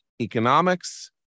Economics